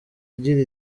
igira